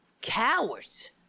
cowards